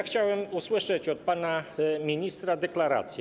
Chciałem usłyszeć od pana ministra deklarację.